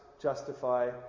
justify